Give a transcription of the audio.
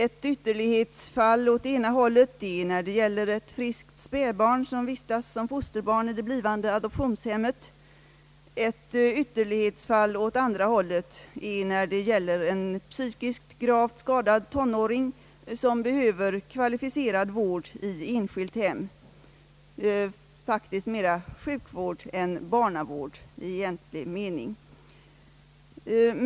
Ett ytterlighetsfall åt ena hållet är när ett friskt spädbarn vistas som fosterbarn i det blivande adoptionshemmet, ett ytterlighetsfall åt andra hållet är när man har en psykiskt gravt skadad tonåring, som behöver kvalificerad vård i enskilt hem, faktiskt mera sjukvård än barnavård i egentlig mening.